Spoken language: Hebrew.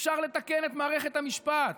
אפשר לתקן את מערכת המשפט,